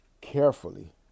carefully